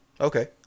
Okay